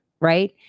right